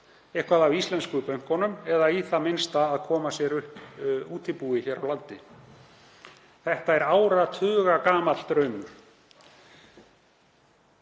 eitthvað af íslensku bönkunum, eða í það minnsta að koma sér upp útibúi hér á landi. Þetta er áratugagamall draumur